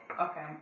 Okay